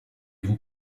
vous